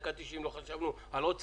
בדקה התשעים לא חשבנו על עוד שדה.